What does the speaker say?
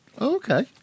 Okay